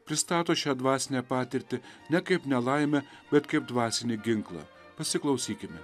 pristato šią dvasinę patirtį ne kaip nelaimę bet kaip dvasinį ginklą pasiklausykime